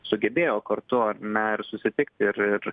sugebėjo kartu ar ne ir susitikti ir ir